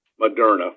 Moderna